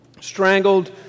strangled